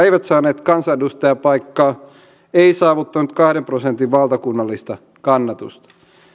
eivät saaneet kansanedustajapaikkaa ei saavuttanut kahden prosentin valtakunnallista kannatusta